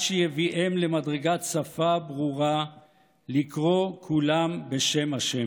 שיביאם למדרגת שפה ברורה לקרוא כולם בשם השם".